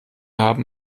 haben